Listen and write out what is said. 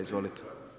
Izvolite.